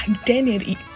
identity